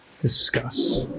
discuss